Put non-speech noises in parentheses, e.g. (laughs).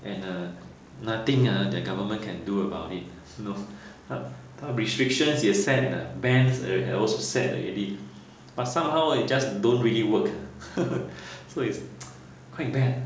and uh nothing ah their government can do about it you know 他他 restrictions 也 set 了 bans are also set already but somehow it just don't really work uh (laughs) so it's (noise) quite bad